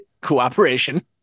cooperation